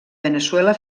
veneçuela